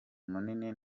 munini